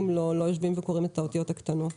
לא יושבים וקוראים את האותיות הקטנות.